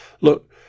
look